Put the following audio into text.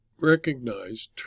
recognized